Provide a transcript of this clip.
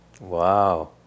Wow